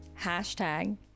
hashtag